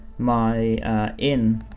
my in,